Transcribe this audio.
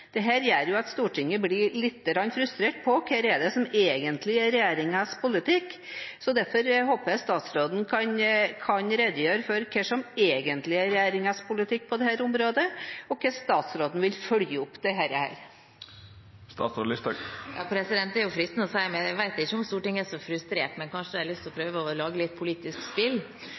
gjør at Stortinget blir lite grann frustrert: Hva er det som egentlig er regjeringens politikk? Derfor håper jeg statsråden kan redegjøre for hva som egentlig er regjeringens politikk på dette området, og hvordan statsråden vil følge opp dette. Jeg vet ikke om Stortinget er så frustrert, men det er fristende å si at man kanskje har lyst til å prøve å lage litt politisk spill.